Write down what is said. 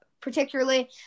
particularly